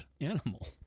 animal